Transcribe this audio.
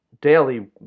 daily